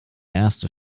erste